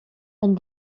and